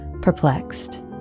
perplexed